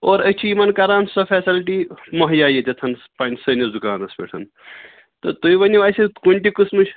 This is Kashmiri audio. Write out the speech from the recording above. اور أسۍ چھِ یِمَن کران سۄ فٮ۪سَلٹی مہیا ییٚتٮ۪تھَن پنٛنِس سٲنِس دُکانَس پٮ۪ٹھ تہٕ تُہۍ ؤنِو اَسہِ کُنہِ تہِ قٕسمٕچ